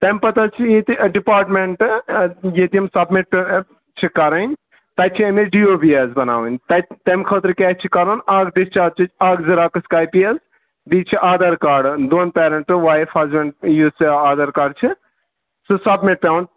تَمہِ پَتہٕ حظ چھُ یہِ تہِ ڈِپاٹمٮ۪نٛٹ ییٚتہِ یِم سبمِٹ چھِ کَرٕنۍ تَتہِ چھِ أمِس ڈی او بی حظ بناوٕنۍ تَتہِ تَمہِ خٲطرٕ کیٛاہ چھِ کَرُن اَکھ ڈِسچارٕجِچ اَکھ زِراکٕس کاپی حظ بیٚیہِ چھِ آدھار کاڈَن دۄن پیرَینٛٹ تہٕ وایف ہزبٮ۪نٛڈ یُس ژےٚ آدھار کاڈ چھِ سُہ سبمِٹ پٮ۪وان